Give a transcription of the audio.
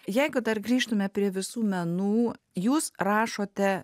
jeigu dar grįžtume prie visų menų jūs rašote